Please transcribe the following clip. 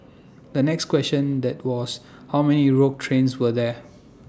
the next question that was how many rogue trains were there